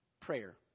prayer